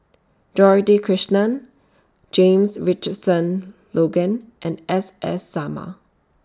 Dorothy Krishnan James Richardson Logan and S S Sarma